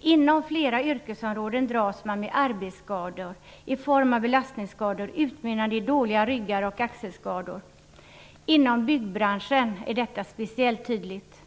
Inom flera yrkesområden dras man med arbetsskador i form av belastningsskador utmynnande i dåliga ryggar och axelskador. Inom byggbranschen är detta speciellt tydligt.